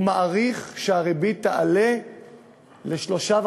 הוא מעריך שהריבית תעלה ל-3.5%.